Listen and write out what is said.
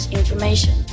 information